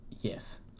Yes